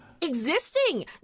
Existing